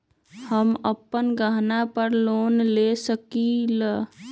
हम अपन गहना पर लोन ले सकील?